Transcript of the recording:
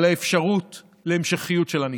על האפשרות להמשכיות של הנספה.